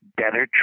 better